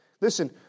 Listen